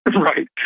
Right